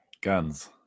guns